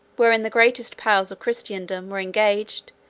wherein the greatest powers of christendom were engaged,